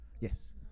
Yes